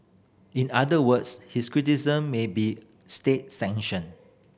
in other words his criticism may be state sanctioned